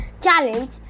Challenge